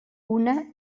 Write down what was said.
una